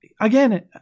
Again